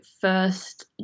first